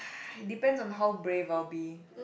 it depends on how brave I'll be